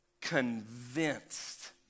convinced